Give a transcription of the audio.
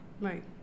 Right